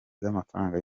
z’amafaranga